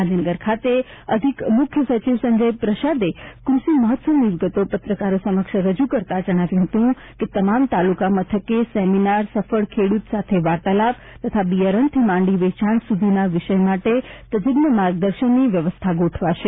ગાંધીનગર ખાતે અધિક મુખ્ય સચિવ સંજયપ્રસાદે કૃષિ મહોત્સવની વિગતો પત્રકારો સમક્ષ રજૂ કરતા જણાવ્યું હતું કે તમામ તાલુકા મથકે સેમિનાર સફળ ખેડૂત સાથે વાર્તાલાપ તથા બિયારણથી માંડી વેચાણ સુધીના વિષય માટે તજજ્ઞ માર્ગદર્શનની વ્યવસ્થા ગોઠવાશે